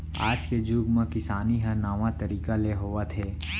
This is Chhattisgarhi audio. आज के जुग म किसानी ह नावा तरीका ले होवत हे